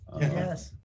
Yes